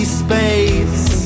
space